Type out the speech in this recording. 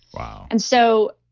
and so,